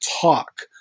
talk